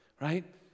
Right